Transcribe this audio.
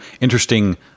interesting